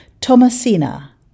Thomasina